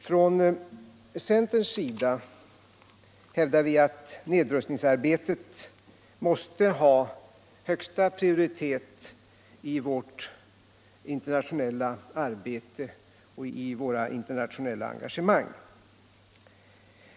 Från centerns sida hävdar vi att nedrustningsarbetet måste ha högsta prioritet i vårt internationella engagemang.